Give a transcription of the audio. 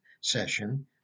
session